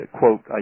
quote